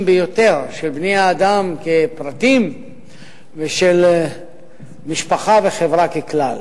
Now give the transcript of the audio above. ביותר של בני-האדם כפרטים ושל משפחה וחברה ככלל,